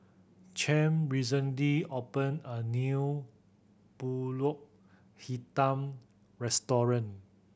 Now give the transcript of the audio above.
Champ recently opened a new Pulut Hitam restaurant